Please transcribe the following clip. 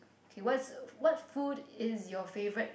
okay what's what food is your favourite